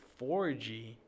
4G